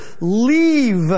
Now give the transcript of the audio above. leave